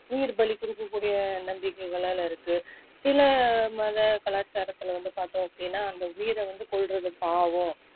உயிர் பலி கொடுக்கக்கூடிய நம்பிக்கைகள் இருக்குது சில மத கலாச்சாரத்தில் வந்து பார்த்தோம் அப்படின்னா அந்த உயிரை வந்து கொல்கிறது பாவம்